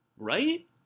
Right